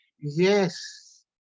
yes